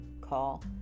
call